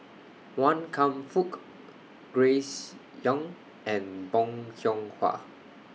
Wan Kam Fook Grace Young and Bong Hiong Hwa